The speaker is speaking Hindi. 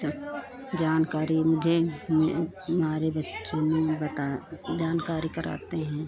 सब जानकारी मुझे मिल हमारे बच्चों ने बता जानकारी कराते हैं